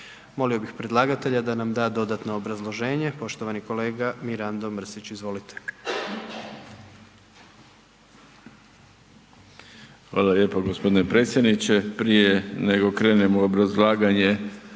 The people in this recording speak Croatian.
Molio bih predlagatelja da nam da dodatno obrazloženje, poštovani kolega Mirando Mrsić, izvolite. **Mrsić, Mirando (Demokrati)** Hvala lijepo g. predsjedniče. Prije nego krenem u obrazlaganje